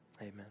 amen